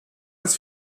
als